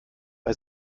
bei